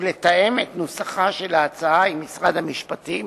ולתאם את נוסחה של ההצעה עם משרד המשפטים